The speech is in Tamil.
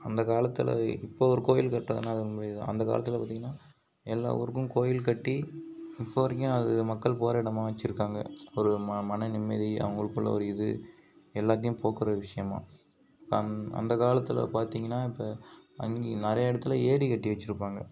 அந்த காலத்தில் இப்போ ஒரு கோயில் கட்டுறதுனா அது முடியாது அந்த காலத்தில் பார்த்திங்னா எல்லா ஊருக்கும் கோயில் கட்டி இப்போ வரைக்கும் அது மக்கள் போகிற இடமா வச்சுருக்காங்க ஒரு மன மன நிம்மதி அவங்களுக்குள்ள ஒரு இது எல்லாத்தையும் போக்குகிற ஒரு விஷயமா அந் அந்தக் காலத்தில் பார்த்திங்னா இப்போ அங் நிறையா இடத்துல ஏரி கட்டி வச்சுருப்பாங்க